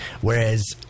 whereas